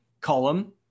column